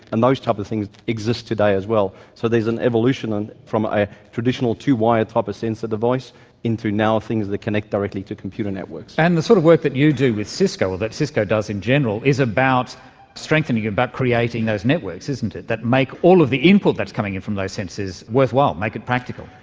and those type of things exist today as well. so there's an evolution and from a traditional two-wire type of sensor device into now things that connect directly to computer networks. and the sort of work that you do with cisco, or that cisco does in general, is about strengthening, about creating those networks, isn't it, that make all of the input that's coming in from those sensors worthwhile, make it practical.